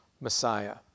Messiah